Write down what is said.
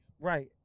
right